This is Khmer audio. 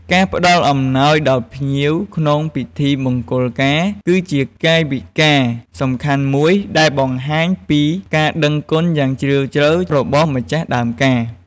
ការផ្តល់អំណោយដល់ភ្ញៀវក្នុងពិធីមង្គលការ គឺជាកាយវិការសំខាន់មួយដែលបង្ហាញពីការដឹងគុណយ៉ាងជ្រាលជ្រៅរបស់ម្ចាស់ដើមការ។